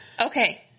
Okay